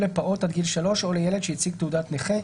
או לפעוט עד גיל שלוש או לילד שהציג תעודת נכה.